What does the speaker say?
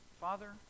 Father